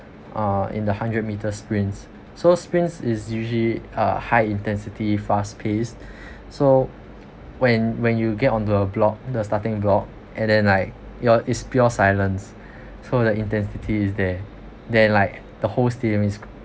uh in the hundred meters sprints so sprints is usually uh high intensity fast paced so when when you get on the block the starting block and then like your is pure silence so the intensity is there then like the whole stadium is